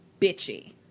bitchy